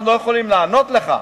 אנחנו לא יכולים לענות לך.